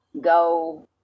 go